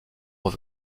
leur